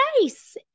nice